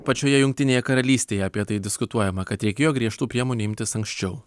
pačioje jungtinėje karalystėje apie tai diskutuojama kad reikėjo griežtų priemonių imtis anksčiau